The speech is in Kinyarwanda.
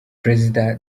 perezida